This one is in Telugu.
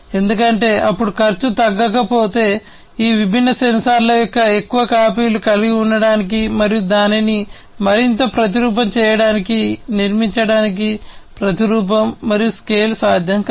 ఎందుకంటే అప్పుడు ఖర్చు తగ్గకపోతే ఈ విభిన్న సెన్సార్ల యొక్క ఎక్కువ కాపీలు కలిగి ఉండటానికి మరియు దానిని మరింత ప్రతిరూపం చేయడానికి నిర్మించడానికి ప్రతిరూపం మరియు స్కేల్ చేయడం సాధ్యం కాదు